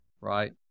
right